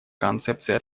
концепцией